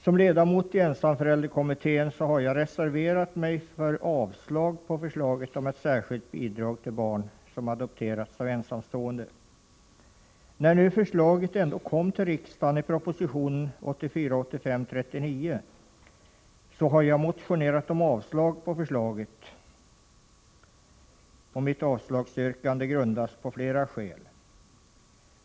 Som ledamot av ensamförälderkommittén har jag reserverat mig för avslag på förslaget om ett särskilt bidrag till barn som adopterats av ensamstående. När nu förslaget ändå kom till riksdagen i proposition 1984/85:39, har jag motionerat om avslag på förslaget. Mitt avslagsyrkande grundas på flera skäl.